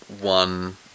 one